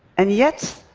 and yet,